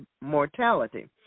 mortality